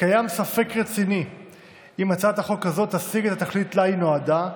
יש ספק רציני אם הצעת החוק הזאת תשיג את התכלית שלה היא נועדה,